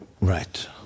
Right